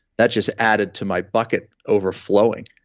that just added to my bucket overflowing.